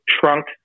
trunk